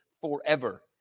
forever